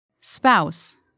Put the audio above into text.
Spouse